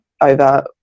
over